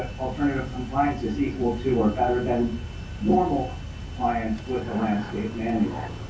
alternative compliance is equal to or better than normal clients with the landscape manual.